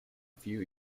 few